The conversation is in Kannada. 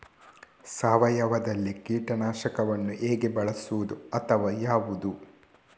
ಸಾವಯವದಲ್ಲಿ ಕೀಟನಾಶಕವನ್ನು ಹೇಗೆ ಬಳಸುವುದು ಅಥವಾ ಯಾವುದು?